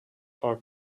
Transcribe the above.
are